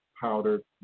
powdered